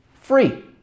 free